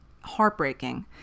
heartbreaking